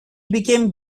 became